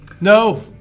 No